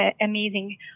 amazing